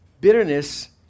bitterness